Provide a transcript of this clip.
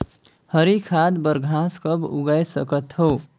हरी खाद बर घास कब उगाय सकत हो?